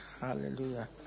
Hallelujah